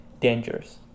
dangerous